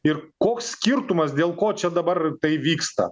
ir koks skirtumas dėl ko čia dabar tai vyksta